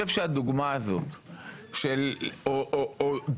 הנושא המרכזי יותר שעלה פה לאורך כל ימי הדיונים,